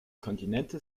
continental